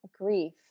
grief